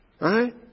right